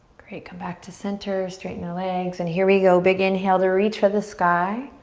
great, come back to center, straighten the legs and here we go. big inhale to reach for the sky